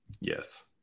Yes